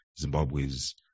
Zimbabwe's